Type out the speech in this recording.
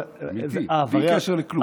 אמיתי, בלי קשר לכלום.